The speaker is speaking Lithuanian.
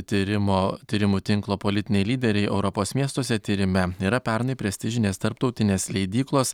tyrimo tyrimų tinklo politiniai lyderiai europos miestuose tyrime yra pernai prestižinės tarptautinės leidyklos